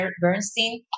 Bernstein